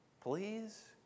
please